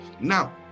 Now